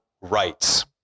rights